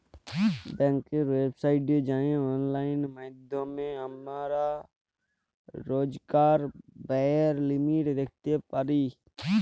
ব্যাংকের ওয়েবসাইটে যাঁয়ে অললাইল মাইধ্যমে আমরা রইজকার ব্যায়ের লিমিট দ্যাইখতে পারি